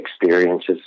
experiences